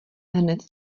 hned